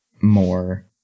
more